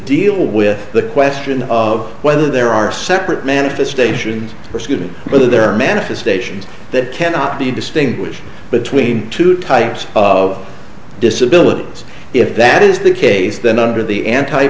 deal with the question of whether there are separate manifestations for student whether there are manifestations that cannot be distinguished between two types of disability if that is the case then under the anti